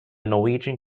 norwegian